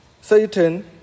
Satan